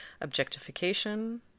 objectification